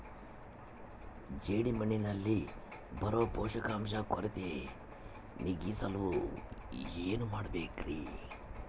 ಜೇಡಿಮಣ್ಣಿನಲ್ಲಿ ಬರೋ ಪೋಷಕಾಂಶ ಕೊರತೆ ನೇಗಿಸಲು ಏನು ಮಾಡಬೇಕರಿ?